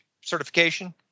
certification